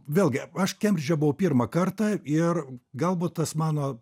vėlgi aš kembridže buvau pirmą kartą ir galbūt tas mano